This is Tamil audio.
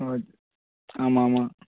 ஓ ஆமாம் ஆமாம்